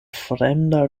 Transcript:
fremda